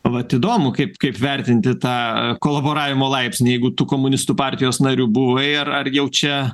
vat įdomu kaip kaip vertinti tą kolaboravimo laipsnį jeigu tų komunistų partijos narių buvo ir ar jau čia